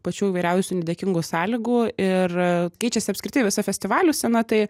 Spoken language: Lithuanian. pačių įvairiausių nedėkingų sąlygų ir keičiasi apskritai visų festivalių scena tai